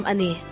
Ani